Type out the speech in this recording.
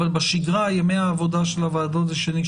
בשגרה ימי העבודה של הוועדות הם שני,